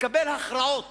לקבל הכרעות